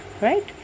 Right